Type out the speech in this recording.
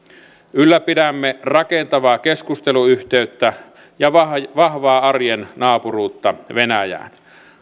ylläpidämme rakentavaa keskusteluyhteyttä ja vahvaa vahvaa arjen naapuruutta venäjään